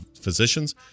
physicians